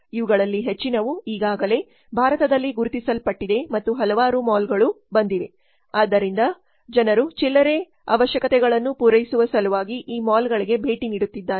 ಇವುಗಳಲ್ಲಿ ಹೆಚ್ಚಿನವು ಈಗಾಗಲೇ ಭಾರತದಲ್ಲಿ ಗುರುತಿಸಲ್ಪಟ್ಟಿದೆ ಮತ್ತು ಹಲವಾರು ಮಾಲ್ಗಳು ಬಂದಿವೆ ಆದ್ದರಿಂದ ಜನರು ಚಿಲ್ಲರೆ ಅವಶ್ಯಕತೆಗಳನ್ನು ಪೂರೈಸುವ ಸಲುವಾಗಿ ಈ ಮಾಲ್ಗಳಿಗೆ ಭೇಟಿ ನೀಡುತ್ತಿದ್ದಾರೆ